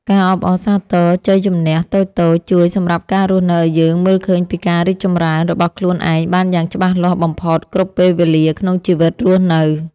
ការអបអរសាទរជ័យជម្នះតូចៗជួយសម្រាប់ការរស់នៅឱ្យយើងមើលឃើញពីការរីកចម្រើនរបស់ខ្លួនឯងបានយ៉ាងច្បាស់លាស់បំផុតគ្រប់ពេលវេលាក្នុងជីវិតរស់នៅ។